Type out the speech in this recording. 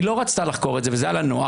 היא לא רצתה לחקור את זה וזה היה לה נוח,